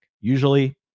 Usually